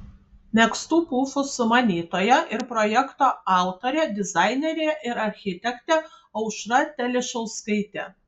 megztų pufų sumanytoja ir projekto autorė dizainerė ir architektė aušra telišauskaitė